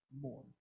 more